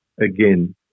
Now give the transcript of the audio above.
again